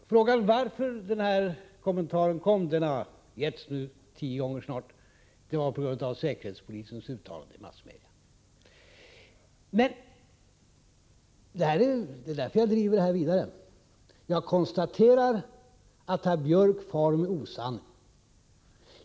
Herr talman! Svaret på frågan varför den här kommentaren gjordes har nu getts minst tio gånger: Det var på grund av säkerhetspolisens uttalande i massmedia. Men — och det är därför jag driver denna debatt vidare — jag konstaterar att herr Björck far med osanning.